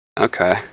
Okay